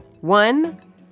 One